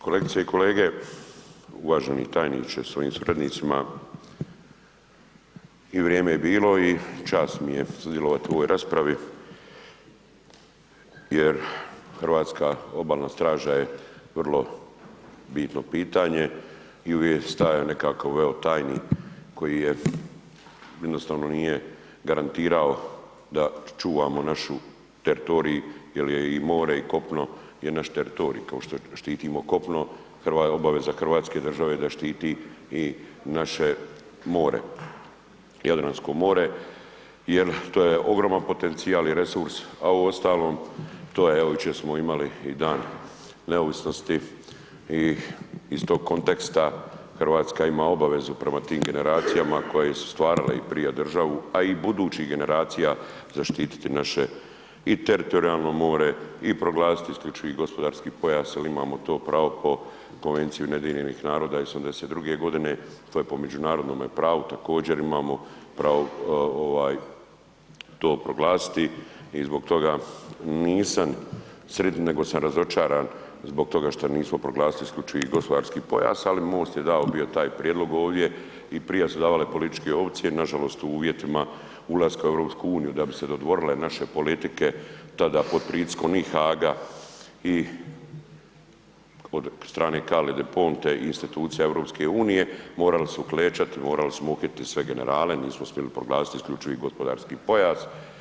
Kolegice i kolege, uvaženi tajniče sa svojim suradnicima i vrijeme je bilo i čast mi je sudjelovat u ovoj raspravi jer Hrvatska obalna straža je vrlo bitno pitanje i uvijek staje nekakav evo tajnik koji je, jednostavno nije garantirao da čuvamo naš teritorij jer je i more i kopno je naš teritorij, kao što štitimo kopno, obaveza Hrvatske države je da štiti i naše more, Jadransko more jer to je ogroman potencijal i resurs, a uostalom to je evo jučer smo imali i Dan neovisnosti i iz tog konteksta Hrvatska ima obavezu prema tim generacijama koje su stvarale i prije državu, a i budućih generacija zaštititi naše i teritorijalno more i proglasiti isključivi gospodarski pojas jel imamo to pravo po Konvenciji UN-a i '82. godine to je po međunarodnome pravu, također imamo pravo ovaj to proglasiti i zbog toga nisam sritan, nego sam razočaran zbog toga što nismo proglasili isključivi gospodarski pojas, ali MOST je dao bio taj prijedlog ovdje i prije su davale političke opcije, nažalost u uvjetima ulaska u EU da bi se dvorile naše politike tada pod pritiskom i Haaga i od strane Carle Del Ponte i institucija EU morali su klečati, morali smo uhitit sve generale, nismo smjeli proglasiti isključivi gospodarski pojas.